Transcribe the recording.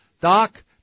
Doc